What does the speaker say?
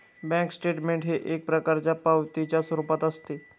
bank statement हे एक प्रकारच्या पावतीच्या स्वरूपात असते